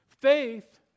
Faith